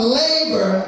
labor